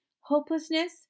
hopelessness